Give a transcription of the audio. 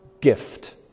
gift